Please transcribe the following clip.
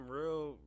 real